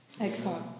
Excellent